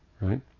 right